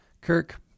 Kirk